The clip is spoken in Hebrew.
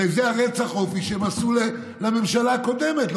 הרי זה רצח האופי שהם עשו לממשלה הקודמת,